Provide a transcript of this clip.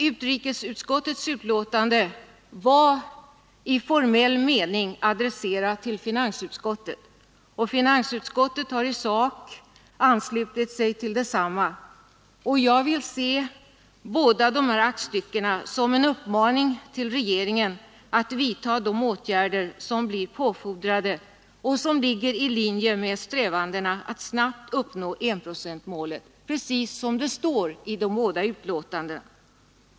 Utrikesutskottets betänkande var formellt adresserat till finansutskottet, som i sak anslutit sig till detsamma i sitt betänkande. Jag vill se båda dessa aktstycken som en uppmaning till regeringen att vidta de åtgärder som blir påfordrade och som ligger i linje med strävandena att snabbt uppnå enprocentsmålet, precis som det står i de båda betänkandena.